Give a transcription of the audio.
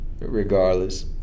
regardless